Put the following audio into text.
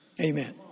Amen